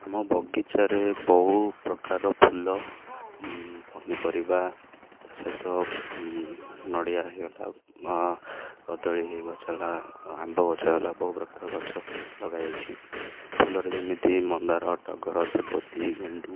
ଆମ ବଗିଚାରେ ବହୁ ପ୍ରକାର ଫୁଲ ପନିପରିବା ତା' ସହିତ ନଡ଼ିଆ ହେଇଗଲା କଦଳୀ ହେଇ ଗଛ ହେଲା ଆମ୍ବ ଗଛ ହେଇଗଲା ବହୁ ପ୍ରକାର ଗଛ ଲଗାଯାଇଛି ଫୁଲରେ ଯେମିତି ମନ୍ଦାର ଟଗର ସେବତୀ ଗେଣ୍ଡୁ